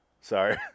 Sorry